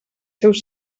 seus